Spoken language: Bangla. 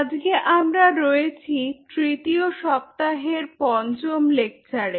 আজকে আমরা রয়েছি তৃতীয় সপ্তাহের পঞ্চম লেকচারে